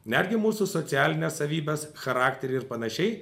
netgi mūsų socialines savybes charakterį ir panašiai